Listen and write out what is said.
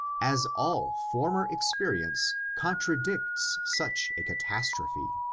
as all former experience contradicts such a catastrophe.